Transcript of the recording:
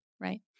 Right